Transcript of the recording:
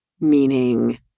Meaning